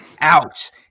out